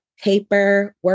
paperwork